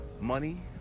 money